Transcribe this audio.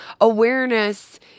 awareness